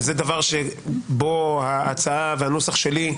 וזה דבר שבו ההצעה והנוסח שלי,